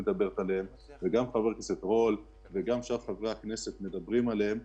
גם חבר הכנסת רול ושאר חברי הכנסת מדברים עליהן,